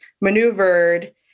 maneuvered